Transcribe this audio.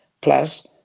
Plus